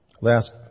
Last